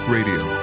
Radio